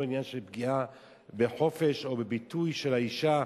עניין של פגיעה בחופש או בביטוי של האשה.